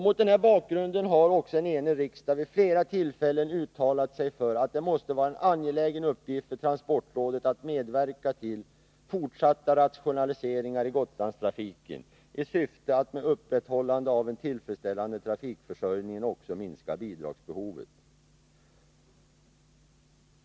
Mot den här bakgrunden har en enig riksdag vid flera tillfällen uttalat sig för att det måste vara en angelägen uppgift för transportrådet att medverka till fortsatta rationaliseringar i Gotlandstrafiken, i syfte att med upprätthållande av en tillfredsställande trafikförsörjning också minska bidragsbehovet.